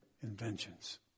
inventions